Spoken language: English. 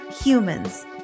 humans